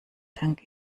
dank